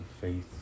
faith